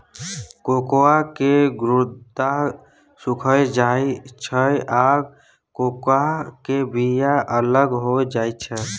cocoa के गुद्दा सुइख जाइ छइ आ कोकोआ के बिया अलग हो जाइ छइ